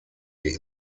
die